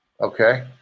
Okay